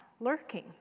lurking